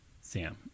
sam